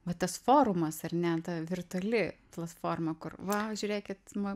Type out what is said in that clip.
va tas forumas ar ne ta virtuali platforma kur va žiūrėkit va